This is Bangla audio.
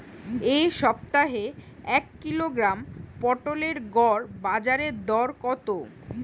এ সপ্তাহের এক কিলোগ্রাম পটলের গড় বাজারে দর কত?